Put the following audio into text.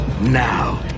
Now